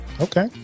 okay